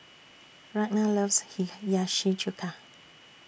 Ragna loves Hiyashi Chuka